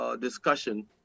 discussion